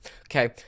okay